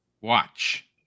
Watch